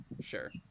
Sure